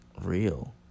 real